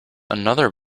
another